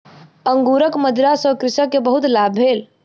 अंगूरक मदिरा सॅ कृषक के बहुत लाभ भेल